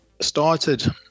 started